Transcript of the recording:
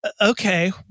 Okay